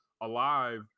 alive